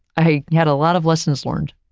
i had a lot of lessons learned.